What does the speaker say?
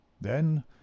Then